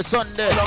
Sunday